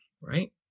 Right